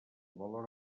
valor